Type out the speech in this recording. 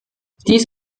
dies